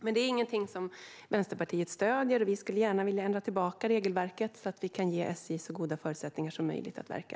Men det är ingenting som Vänsterpartiet stöder, och vi skulle gärna ändra tillbaka regelverket så att vi kan ge SJ så goda förutsättningar som möjligt att verka.